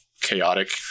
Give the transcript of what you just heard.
chaotic